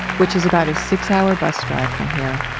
which is about a six-hour bus drive from here.